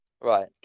right